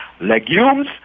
legumes